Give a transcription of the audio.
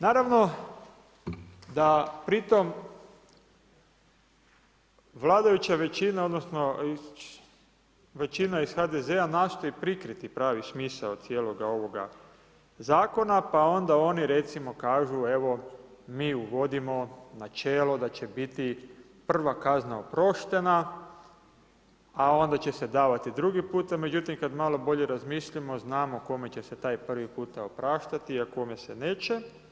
Naravno da pritom vladajuća većina, odnosno većina iz HDZ-a nastoji prikriti pravi smisao cijeloga ovoga zakona pa onda oni recimo kažu evo mi uvodimo načelo da će biti prva kazna oproštena, a onda će se davati drugi puta, međutim kad malo bolje razmislimo znamo kome će se taj prvi puta opraštati, a kome se neće.